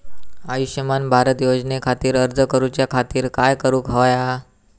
आयुष्यमान भारत योजने खातिर अर्ज करूच्या खातिर काय करुक होया?